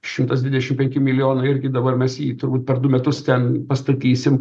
šimtas dvidešim penki milijonai irgi dabar mes jį turbūt per du metus ten pastatysim